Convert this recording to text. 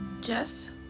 jess